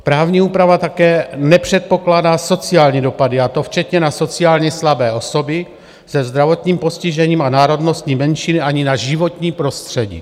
Právní úprava také nepředpokládá sociální dopady, a to včetně na sociálně slabé osoby se zdravotním postižením a národnostní menšiny ani na životní prostředí.